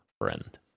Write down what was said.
friend